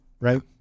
right